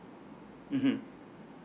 mmhmm